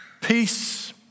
Peace